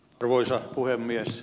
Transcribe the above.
arvoisa puhemies